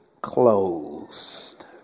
closed